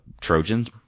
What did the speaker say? Trojans